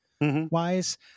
wise